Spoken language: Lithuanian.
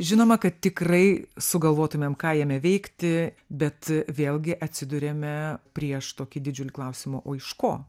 žinoma kad tikrai sugalvotumėm ką jame veikti bet vėlgi atsiduriame prieš tokį didžiulį klausimą o iš ko